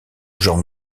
genre